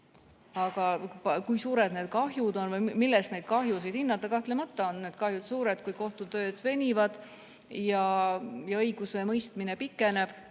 Aga kui suured need kahjud on või kuidas neid kahjusid hinnata? Kahtlemata on need kahjud suured, kui kohtu töö venib ja õigusemõistmine pikeneb.